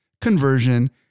conversion